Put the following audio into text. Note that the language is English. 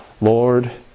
Lord